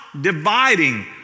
dividing